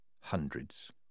hundreds